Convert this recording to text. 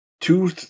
two